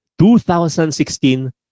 2016